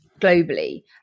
globally